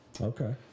Okay